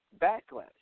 backlash